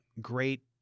great